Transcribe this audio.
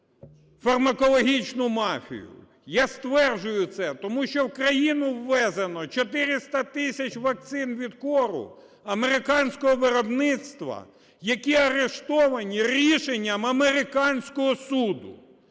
Я стверджую це, тому що в країну ввезено 400 тисяч вакцин від кору американського виробництва, які арештовані рішенням американського суду.